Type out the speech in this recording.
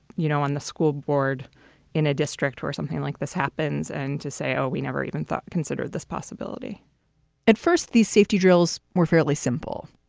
you know, on the school board in a district or something like this happens and to say, oh, we never even thought consider this possibility at first, these safety drills were fairly simple.